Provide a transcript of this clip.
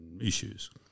issues